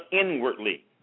inwardly